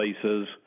places